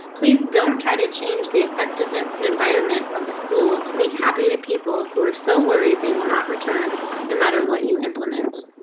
please don't try to change the effectiveness and environment of the school to make happy. the people who are so worried they will not return no matter what you implement.